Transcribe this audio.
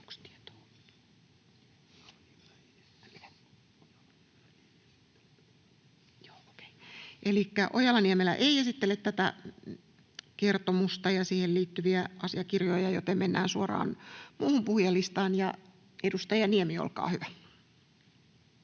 Ojala-Niemelä ei esittele tätä kertomusta ja siihen liittyviä asiakirjoja, joten mennään suoraan muuhun puhujalistaan. — Edustaja Niemi, olkaa hyvä.